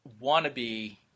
wannabe